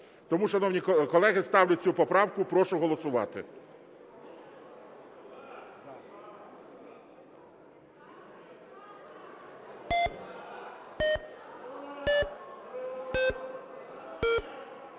Тому, шановні колеги, ставлю цю поправку. Прошу голосувати.